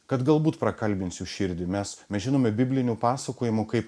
kad galbūt prakalbins jų širdį mes mes žinome biblinių pasakojimų kaip